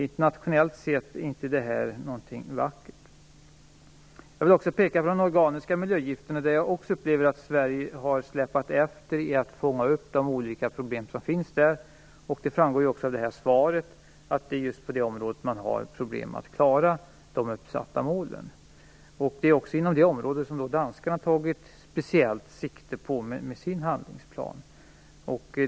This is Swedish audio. Det här är inte någonting vackert internationellt sett. Jag vill också peka på de organiska miljögifterna. Här upplever jag också att Sverige har släpat efter när det gäller att fånga upp de olika problem som finns. Det framgår också av svaret att det är just på det här området man har problem med att klara de uppsatta målen. Det är också detta område danskarna har tagit speciellt sikte på med sin handlingsplan.